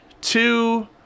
two